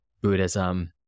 Buddhism